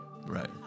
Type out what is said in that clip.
right